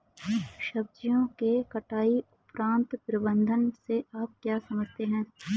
सब्जियों के कटाई उपरांत प्रबंधन से आप क्या समझते हैं?